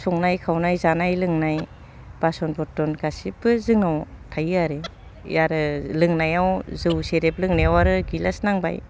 संनाय खावनाय जानाय लोंनाय बासन बर्थन गासिबो जोंनाव थायो आरो ए आरो लोंनायाव जौ सेरेब लोंनायाव आरो गिलास नांबाय